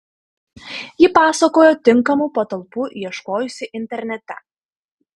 ji pasakojo tinkamų patalpų ieškojusi internete